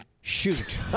shoot